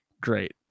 great